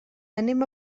anem